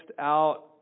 out